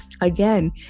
Again